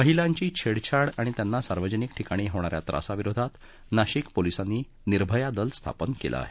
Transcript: महिलांची छेडछाड आणि त्यांना सार्वजनिक ठिकाणी होणाऱ्या त्रासाविरोधात नाशिक पोलिसांनी निर्भया दल स्थापन केलं आहे